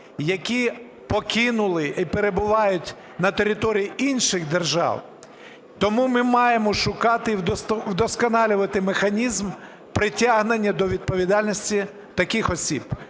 які покинули і перебувають на території інших держав. Тому ми маємо шукати і вдосконалювати механізм притягнення до відповідальності таких осіб.